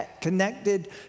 connected